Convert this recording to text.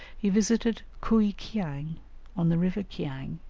he visited kui-kiang on the river kiang,